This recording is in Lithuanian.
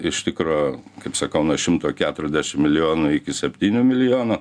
iš tikro kaip sakau nuo šimto keturiasdešim milijonų iki septynių milijonų